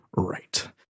Right